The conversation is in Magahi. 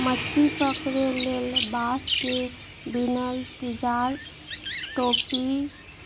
मछरी पकरे लेल बांस से बिनल तिजार, टापि,